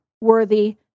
worthy